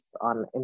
on